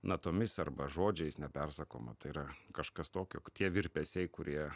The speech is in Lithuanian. natomis arba žodžiais nepersakoma tai yra kažkas tokio k tie virpesiai kurie